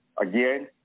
Again